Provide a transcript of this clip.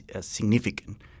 significant